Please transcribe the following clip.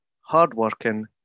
hardworking